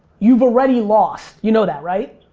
you've already lost. you know that right?